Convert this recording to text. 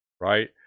right